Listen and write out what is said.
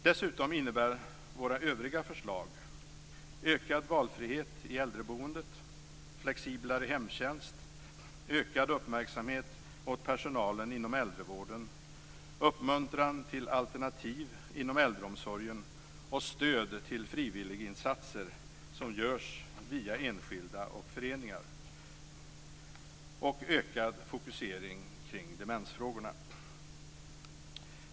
Dessutom innebär våra övriga förslag: Ökad valfrihet i äldreboendet, flexiblare hemtjänst, ökad uppmärksamhet på personalen inom äldrevården, uppmuntran till alternativ inom äldreomsorgen och stöd till frivilliginsatser som görs via enskilda och föreningar och ökad fokusering kring demensfrågorna.